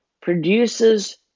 produces